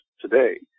today